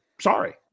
Sorry